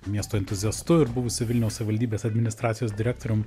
miesto entuziastu ir buvusio vilniaus savivaldybės administracijos direktoriumi